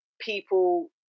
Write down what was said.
people